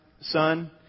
son